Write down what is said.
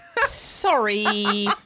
Sorry